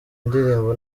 indirimbo